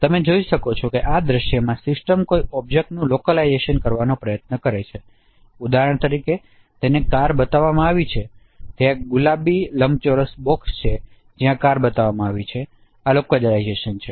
તમે જોઈ શકો છો કે આ દ્રશ્યમાં સિસ્ટમ કોઈ ઑબ્જેક્ટનું લોકલાયજેશન કરવાનો પ્રયાસ કરે છે ઉદાહરણ તરીકે તેને કાર બતાવવામાં આવી છે અને ત્યાં એક ગુલાબી લંબચોરસ બોક્સ છે જ્યાં કાર બતાવવામાં આવી છે આ લોકલાયજેશન છે